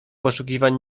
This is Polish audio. poszukiwań